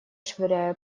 швыряя